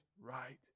right